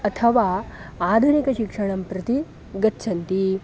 अथवा आधुनिकशिक्षणं प्रति गच्छन्ति